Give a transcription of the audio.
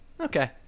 okay